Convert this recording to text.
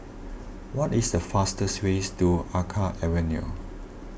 what is the fastest way to Alkaff Avenue